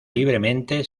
libremente